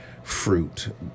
Fruit